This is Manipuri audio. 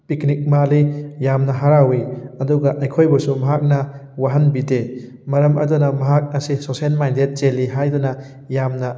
ꯄꯤꯛꯅꯤꯛ ꯃꯥꯜꯂꯤ ꯌꯥꯝꯅ ꯍꯔꯥꯎꯋꯤ ꯑꯗꯨꯒ ꯑꯩꯈꯣꯏꯕꯨꯁꯨ ꯃꯍꯥꯛꯅ ꯋꯥꯍꯟꯕꯤꯗꯦ ꯃꯔꯝ ꯑꯗꯨꯅ ꯃꯍꯥꯛ ꯑꯁꯤ ꯁꯣꯁꯦꯜ ꯃꯥꯏꯟꯗꯦꯠ ꯆꯦꯜꯂꯤ ꯍꯥꯏꯗꯨꯅ ꯌꯥꯝꯅ